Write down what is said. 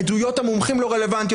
עדויות המומחים לא רלוונטיות.